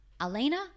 Elena